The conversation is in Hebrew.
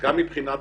גם מבחינת